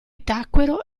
tacquero